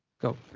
Go